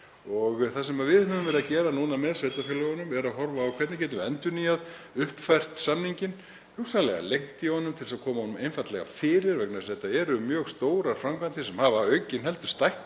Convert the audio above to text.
Það sem við höfum verið að gera núna með sveitarfélögunum er að horfa á hvernig við getum endurnýjað, uppfært samninginn, hugsanlega lengt í honum til að koma honum einfaldlega fyrir vegna þess að þetta eru mjög stórar framkvæmdir, sem hafa aukinheldur stækkað